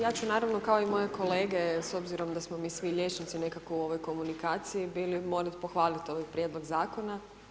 Ja ću naravno, kao i moje kolege, s obzirom da smo mi svi liječnici, nekako u ovoj komunikaciji bili, morat pohvalit ovaj prijedlog Zakona.